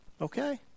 Okay